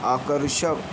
आकर्षक